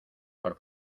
por